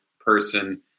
person